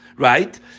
right